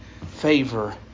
favor